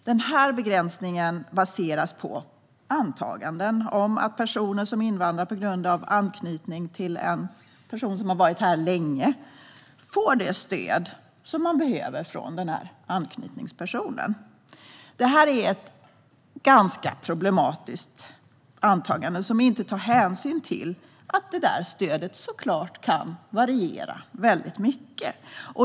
Denna begränsning baseras på antaganden om att personer som invandrar på grund av anknytning till en person som har varit här länge får det stöd den behöver från anknytningspersonen. Detta är ett ganska problematiskt antagande som inte tar hänsyn till att stödet kan variera mycket.